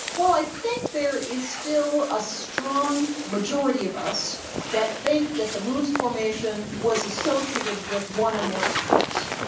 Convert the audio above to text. well, i think there is still a strong majority of us that think that the moon's formation was associated with one or more impacts.